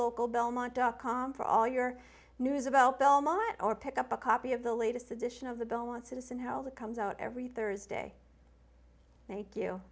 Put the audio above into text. local belmont dot com for all your news about belmont or pick up a copy of the latest edition of the bill want to listen hell that comes out every thursday thank you